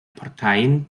parteien